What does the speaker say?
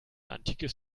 antikes